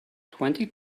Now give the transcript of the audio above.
twenty